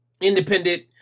independent